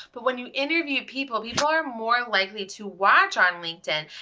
but when you interview people, people are more likely to watch on linkedin.